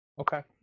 Okay